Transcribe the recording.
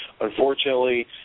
Unfortunately